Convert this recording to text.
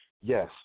Yes